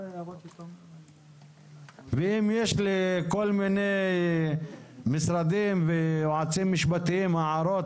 אם יש ליועצים משפטיים ולמשרדים הערות